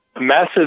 massive